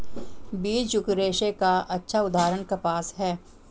बीजयुक्त रेशे का अच्छा उदाहरण कपास है